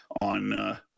on